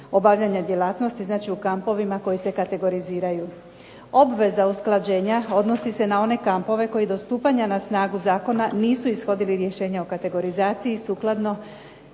obavljanja djelatnosti, znači u kampovima koji se kategoriziraju. Obveza usklađenja odnosi se na one kampove koji do stupanja na snagu zakona nisu ishodili rješenja o kategorizaciji sukladno